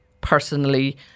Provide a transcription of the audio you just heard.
personally